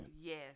Yes